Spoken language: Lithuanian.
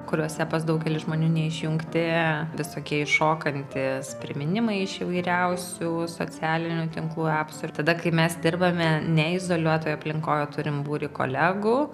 kuriuose pas daugelį žmonių neišjungti visokie iššokantys priminimai iš įvairiausių socialinių tinklų epsų ir tada kai mes dirbame neizoliuotoj aplinkoj turim būrį kolegų